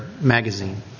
magazine